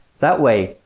that way,